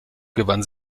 gewann